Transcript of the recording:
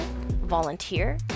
volunteer